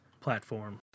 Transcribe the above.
platform